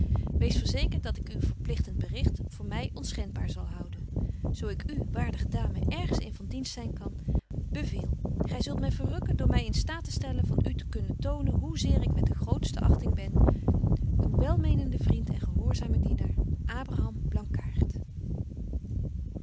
wees verzekert dat ik uw verpligtent bericht voor my onschendbaar zal houden zo ik u waardige dame ergens in van dienst zyn kan beveel gy zult my verrukken door my in staat te stellen van u te kunnen tonen hoe zeer ik met de grootste achting ben uw welmenende vriend en gehoorzame